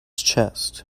chest